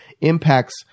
impacts